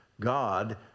God